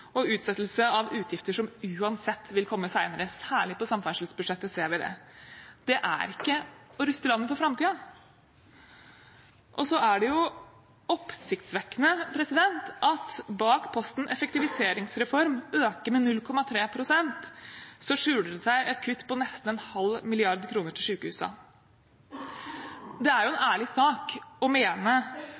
og utsettelse av utgifter som uansett vil komme senere. Særlig på samferdselsbudsjettet ser vi det. Det er ikke å ruste landet for framtiden. Så er det oppsiktsvekkende at bak posten effektiviseringsreform – øke med 0,3 pst. – skjuler det seg et kutt på nesten en halv milliard kroner til sykehusene. Det er jo en ærlig sak å mene